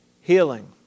healing